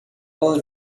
will